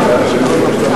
לשנות הכספים 2011 ו-2012,